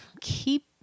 keep